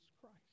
Christ